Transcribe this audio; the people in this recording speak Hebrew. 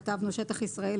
כתבנו: שטח ישראל,